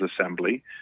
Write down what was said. assembly